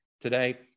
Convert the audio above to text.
today